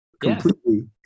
completely